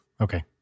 Okay